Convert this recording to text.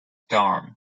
term